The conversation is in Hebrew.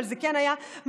אבל זה כן היה משמעותי